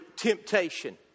temptation